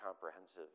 comprehensive